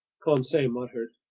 conseil muttered.